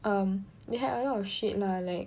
um they had a lot of shit lah like